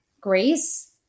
grace